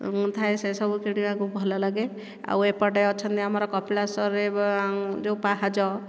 ମୁଁ ଥାଏ ସେ ସବୁ କିଣିବାକୁ ଭଲ ଲାଗେ ଆଉ ଏପଟେ ଅଛନ୍ତି ଆମର କପିଳାସରେ ଯେଉଁ ପାହାଚ